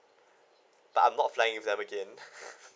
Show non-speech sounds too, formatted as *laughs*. but I'm not flying with them again *laughs*